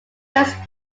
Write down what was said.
waste